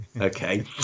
Okay